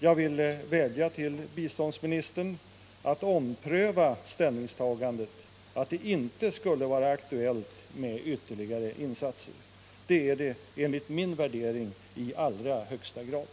Jag vädjar till biståndsministern att ompröva ställningstagandet att det inte skulle vara aktuellt med ytterligare insatser. Det är det enligt min värdering i allra högsta grad.